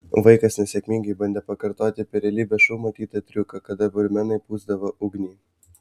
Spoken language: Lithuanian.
vaikas nesėkmingai bandė pakartoti per realybės šou matytą triuką kada barmenai pūsdavo ugnį